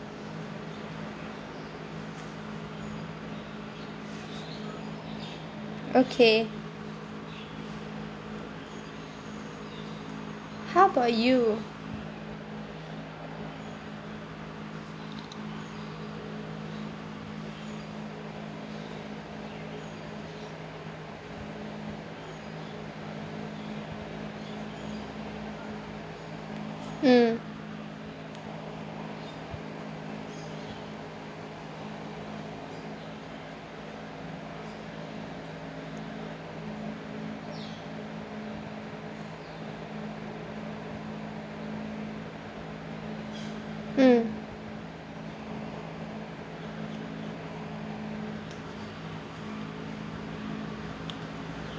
okay how about you mm mm